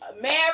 married